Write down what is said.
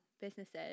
businesses